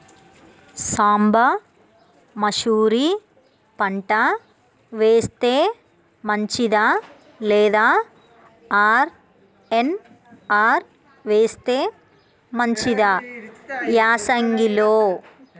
సాంబ మషూరి పంట వేస్తే మంచిదా లేదా ఆర్.ఎన్.ఆర్ వేస్తే మంచిదా యాసంగి లో?